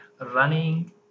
running